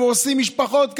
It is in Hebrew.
הורסים משפחות.